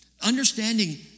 understanding